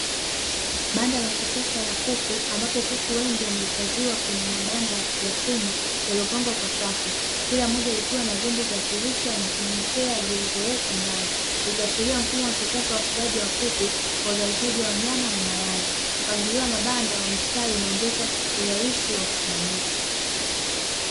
Banda la kisasa la kuku ambapo kuku wengi wamehifadhiwa kwenye mabanda ya chuma yaliyopangwa kwa safu, kila moja likiwa na vyombo vya kulisha na kunyweshea vilivyowekwa ndani, ikiashiria mfumo wa kisasa wa ufugaji wa kuku kwa uzalishaji wa nyama na mayai. Mpangilio wa mabanda wa mistari unaongeza urahisi wa usimamizi.